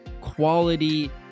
quality